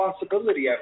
responsibility